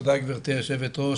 תודה גברתי היושבת ראש,